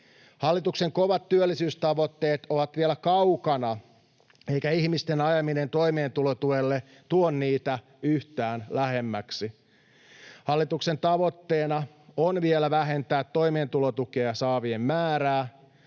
Hallituksen kovat työllisyystavoitteet ovat vielä kaukana, eikä ihmisten ajaminen toimeentulotuelle tuo niitä yhtään lähemmäksi. Hallituksen tavoitteena on vielä vähentää toimeentulotukea saavien määrää,